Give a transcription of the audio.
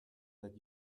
that